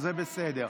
זה בסדר.